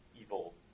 evil